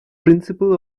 principle